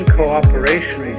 cooperation